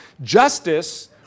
Justice